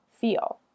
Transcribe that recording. feel